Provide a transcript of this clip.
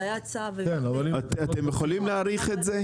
זה היה צו --- אתם יכולים להאריך את זה?